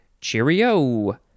Cheerio